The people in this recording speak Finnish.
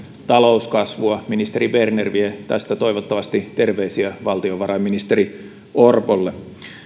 talouskasvua toivottavasti ministeri berner vie tästä terveisiä valtiovarainministeri orpolle